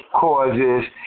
causes